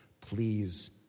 please